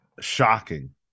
Shocking